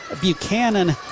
Buchanan